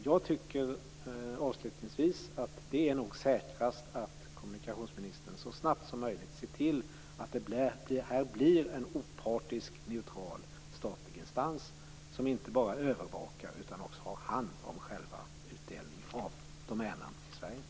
Jag tycker avslutningsvis att det är säkrast att kommunikationsministern så snabbt som möjligt ser till att det här blir en opartisk neutral statlig instans som inte bara övervakar utan också har hand om själva utdelningen av domännamn i Sverige.